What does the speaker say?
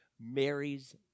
Mary's